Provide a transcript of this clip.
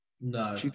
No